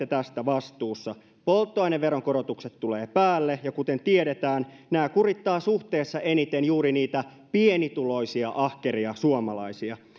olette tästä vastuussa polttoaineveronkorotukset tulevat päälle ja kuten tiedetään nämä kurittavat suhteessa eniten juuri niitä pienituloisia ahkeria suomalaisia